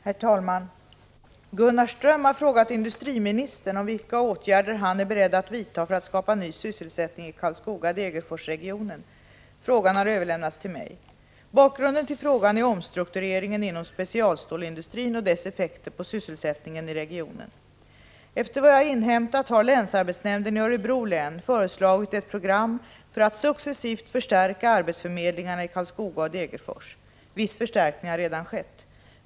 Herr talman! Gunnar Ström har frågat industriministern om vilka åtgärder han är beredd vidta för att skapa ny sysselsättning i Karlskoga-Degerforsregionen. Frågan har överlämnats till mig. Bakgrunden till frågan är omstruktureringen inom specialstålsindustrin och dess effekter på sysselsättningen i regionen. Efter vad jag har inhämtat har länsarbetsnämnden i Örebro län föreslagit ett program för att successivt förstärka arbetsförmedlingarna i Karlskoga och Degerfors. Viss förstärkning har redan skett.